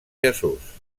jesús